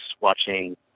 watching